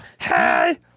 Hey